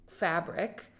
Fabric